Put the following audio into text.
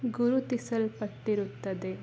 ಗುರುತಿಸಲ್ಪಟ್ಟಿರುತ್ತದೆ